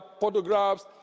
photographs